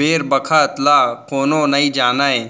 बेर बखत ल कोनो नइ जानय